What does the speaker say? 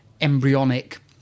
embryonic